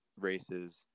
races